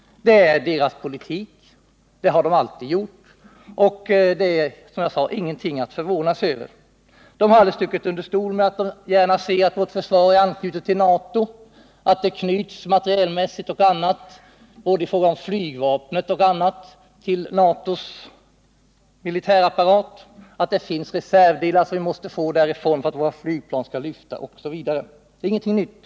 Det är deras politik, och sådan har den alltid varit. Det är, som jag tidigare sagt, ingenting att förvåna sig över. Man har aldrig stuckit under stol med att man gärna sett att vårt försvar materielmässigt och på annat sätt är knutet till NATO:s militärapparat i fråga om exempelvis flygvapnet och att man alltså får reservdelar därifrån för att våra flygplan skall kunna lyfta. Men det är självklart ingenting nytt.